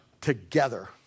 together